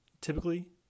typically